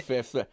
Fifth